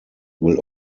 will